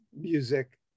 music